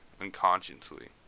unconsciously